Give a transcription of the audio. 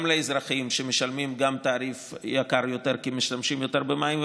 גם לאזרחים שמשלמים תעריף יקר יותר כי הם משתמשים יותר במים,